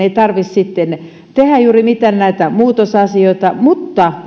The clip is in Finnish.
ei tarvitsisi sitten tehdä juuri mitään näitä muutosasioita mutta